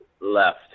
left